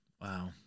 Wow